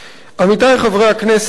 עמיתי חברי הכנסת,